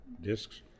discs